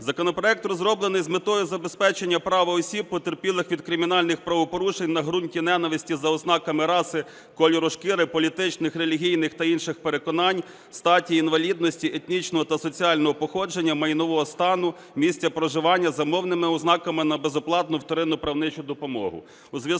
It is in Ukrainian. Законопроект розроблений з метою забезпечення права осіб потерпілих від кримінальних правопорушень на ґрунті ненависті за ознаками раси, кольору шкіри, політичних, релігійних та інших переконань, статі, інвалідності, етнічного та соціального походження, майнового стану, місця проживання, за мовними ознаками, на безоплатну вторинну правничу допомогу.